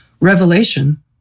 revelation